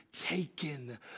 taken